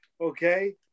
Okay